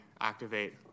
activate